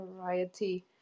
variety